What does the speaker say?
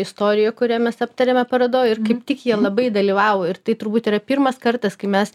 istorijoj kurią mes aptarėme parodoj ir kaip tik jie labai dalyvavo ir tai turbūt yra pirmas kartas kai mes